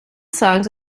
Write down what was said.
songs